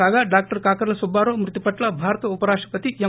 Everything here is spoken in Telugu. కాగా డాక్టర్ కాకర్ల సుబ్బారావు మృతి పట్ల భారత ఉపరాష్టపతి ఎం